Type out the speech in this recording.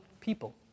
people